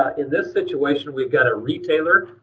in this situation, we've got a retailer,